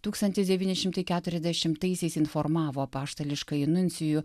tūkstantis devyni šimtai keturiasdešimtaisiais informavo apaštališkąjį nuncijų